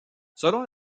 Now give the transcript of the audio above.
selon